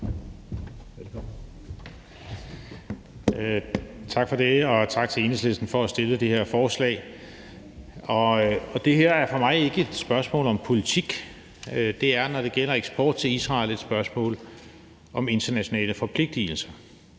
Tak for det, og tak til Enhedslisten for at fremsætte det her forslag. Det her er for mig ikke et spørgsmål om politik. Det er, når det gælder eksport til Israel, et spørgsmål om internationale forpligtelser.